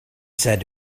said